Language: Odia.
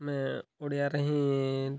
ଆମେ ଓଡ଼ିଆରେ ହିଁ